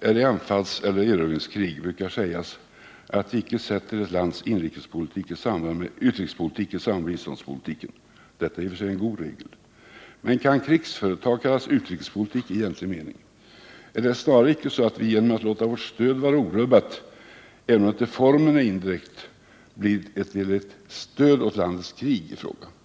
är i anfallseller erövringskrig brukar sägas att vi icke sätter ett lands utrikespolitik i samband med biståndspolitiken. Detta är i och för sig en god regel. Men kan ett krigsföretag kallas för utrikespolitik i egentlig mening? Är det icke snarare så att vi genom att låta vårt stöd vara orubbat, även om det till formen är indirekt, ger ett direkt stöd åt landets krig i fråga?